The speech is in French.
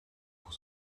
pour